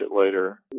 later